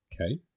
Okay